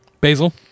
Basil